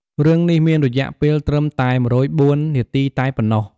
រឿងនេះមានរយៈពេលត្រឹមតែ ១០៤ នាទីតែប៉ុណ្ណោះ។